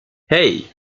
hey